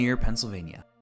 Pennsylvania